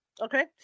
Okay